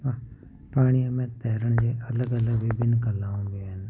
ऐं पाणीअ में तरण जी अलॻि अलॻि विभिन्न कलाऊं हूंदियूं आहिनि